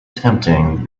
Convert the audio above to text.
tempting